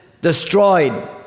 destroyed